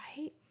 right